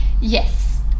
Yes